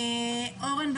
אורן,